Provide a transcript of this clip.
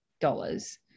dollars